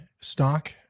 stock